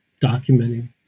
documenting